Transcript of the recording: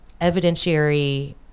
evidentiary